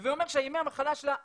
הווה אומר שימי המחלה שלה הלכו.